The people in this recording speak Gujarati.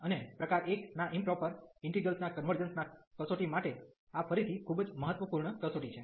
અને પ્રકાર 1 ના ઈમપ્રોપર ઇન્ટિગ્રેલ્સ ના કન્વર્જન્સ ના કસોટી માટે આ ફરીથી ખૂબ જ મહત્વપૂર્ણ કસોટી છે